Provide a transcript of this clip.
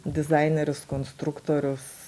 dizaineris konstruktorius